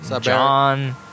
John